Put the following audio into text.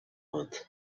month